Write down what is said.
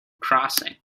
crossing